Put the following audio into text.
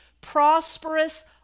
prosperous